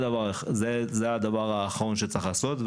זה הדבר אחרון שצריך לעשות.